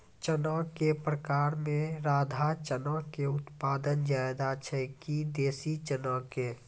चना के प्रकार मे राधा चना के उत्पादन ज्यादा छै कि देसी चना के?